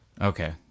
Okay